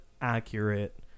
accurate